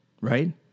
Right